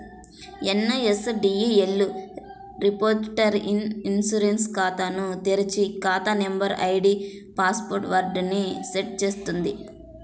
NSDL repository e insurance ఖాతాను తెరిచి, ఖాతా నంబర్, ఐడీ పాస్ వర్డ్ ని సెట్ చేస్తుంది